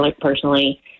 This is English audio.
personally